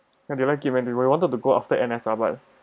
and they like it when we wanted to go up stay at night ah but